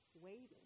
waiting